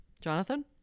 Jonathan